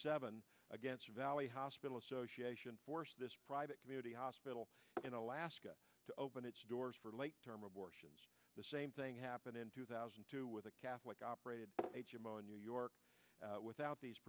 seven against valley hospital association this private community hospital in alaska to open its doors for late term abortions the same thing happened in two thousand and two with a catholic operated h m o in new york without these